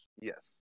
Yes